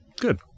good